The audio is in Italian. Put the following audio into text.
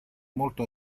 molto